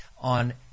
on